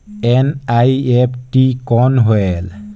NEFT कौन होएल?